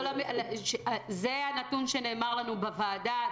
זה הנתון שנאמר לנו בוועדה,